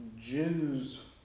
Jews